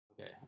okay